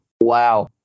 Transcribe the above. Wow